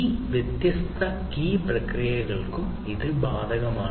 ഈ വ്യത്യസ്ത കീ പ്രക്രിയകൾക്കും ഇത് ബാധകമാണ്